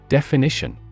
Definition